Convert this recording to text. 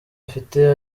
afite